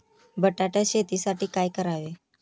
बटाटा शेतीसाठी काय करावे?